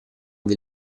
del